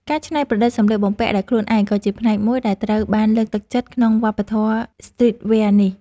ការច្នៃប្រឌិតសម្លៀកបំពាក់ដោយខ្លួនឯងក៏ជាផ្នែកមួយដែលត្រូវបានលើកទឹកចិត្តក្នុងវប្បធម៌ស្ទ្រីតវែរនេះ។